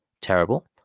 terrible